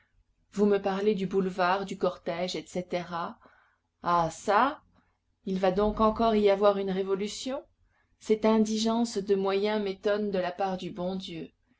vous me parlez du boulevard du cortège et caetera ah çà il va donc encore y avoir une révolution cette indigence de moyens m'étonne de la part du bon dieu